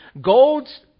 Golds